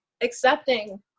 accepting